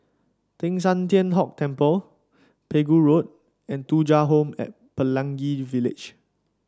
Teng San Tian Hock Temple Pegu Road and Thuja Home at Pelangi Village